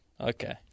Okay